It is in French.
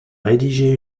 rédigé